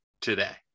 today